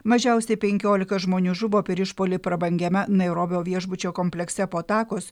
mažiausiai penkiolika žmonių žuvo per išpuolį prabangiame nairobio viešbučio komplekse po atakos